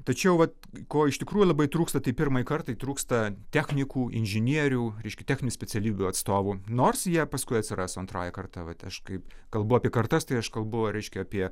tačiau vat ko iš tikrųjų labai trūksta tai pirmai kartai trūksta technikų inžinierių reiškia techninių specialybių atstovų nors jie paskui atsiras antrąja karta vat aš kaip kalbu apie kartas tai aš kalbu reiškia apie